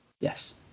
Yes